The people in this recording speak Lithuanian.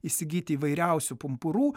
įsigyti įvairiausių pumpurų